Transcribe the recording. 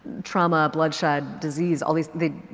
trauma, bloodshed, disease, all these